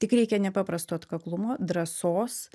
tik reikia nepaprasto atkaklumo drąsos